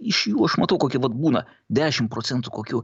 iš jų aš matau kokie vat būna dešim procentų kokių